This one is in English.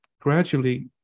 gradually